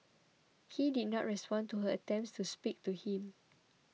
he did not respond to her attempts to speak to him